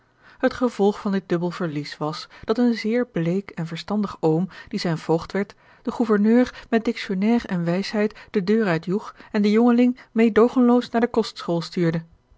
het gevolg van dit dubbel verlies was dat een zeer bleek en verstandig oom die zijn voogd werd den gouverneur met dictionnaire en wijsheid de deur uitjoeg en den jongeling meêdoogenloos naar de kostschool stuurde